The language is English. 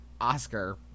Oscar